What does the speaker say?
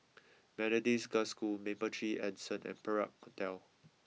Methodist Girls' School Mapletree Anson and Perak Hotel